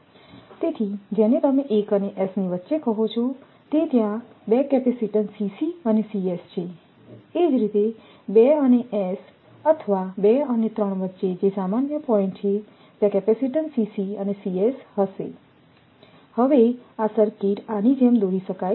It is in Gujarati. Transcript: તેથી જેને તમે 1 અને s ની વચ્ચે કહો છો તે ત્યાં 2 કેપેસિટીન્સ અને છે એ જ રીતે 2 અને s અથવા 2 અને 3 વચ્ચે જે સામાન્ય પોઇન્ટ્ છે ત્યાં કેપેસિટીન્સ અને હશે તેથી આ સર્કિટ આની જેમ દોરી શકાય છે